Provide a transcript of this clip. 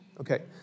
Okay